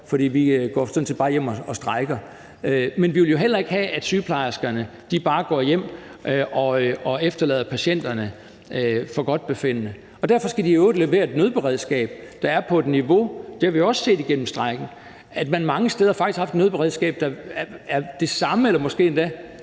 for vi går sådan set bare hjem og strejker. Men vi vil jo heller ikke have, at sygeplejerskerne bare går hjem og efterlader patienterne efter forgodtbefindende. Derfor skal de jo i øvrigt levere et nødberedskab, der er på et vist niveau. Det har vi også set igennem strejken, altså at man mange steder faktisk har haft et nødberedskab, der er det samme eller måske endda